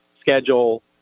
schedule